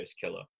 Killer